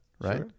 right